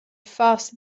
faster